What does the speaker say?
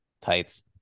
tights